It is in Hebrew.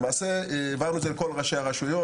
למעשה העברנו את הכללים לכל הרשויות.